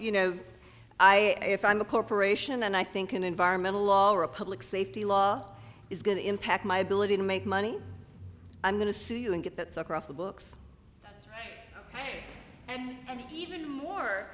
you know i if i'm a corporation and i think an environmental law or a public safety law is going to impact my ability to make money i'm going to see you and get that sucker off the books and even more